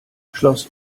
schloss